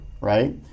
right